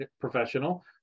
professional